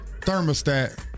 thermostat